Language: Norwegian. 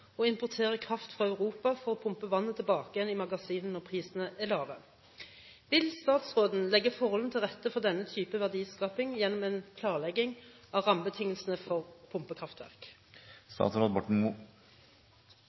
å pumpe vannet tilbake i magasinene når prisene er lave. Vil statsråden legge forholdene til rette for denne typen verdiskaping gjennom en klarlegging av rammebetingelsene for